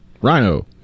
Rhino